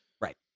Right